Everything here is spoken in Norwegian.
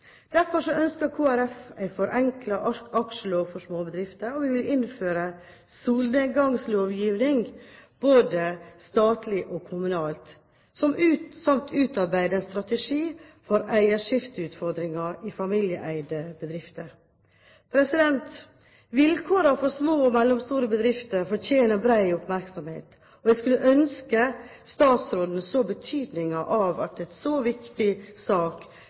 Derfor ønsker Kristelig Folkeparti en forenklet aksjelov for småbedrifter, og vi vil innføre solnedgangslovgivning både statlig og kommunalt, samt utarbeide en strategi for eierskifteutfordringer i familieeide bedrifter. Vilkårene for små og mellomstore bedrifter fortjener bred oppmerksomhet. Jeg skulle ønske statsråden så betydningen av at en så viktig sak